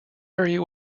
area